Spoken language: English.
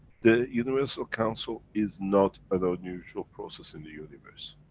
the universal council is not an unusual process in the universe.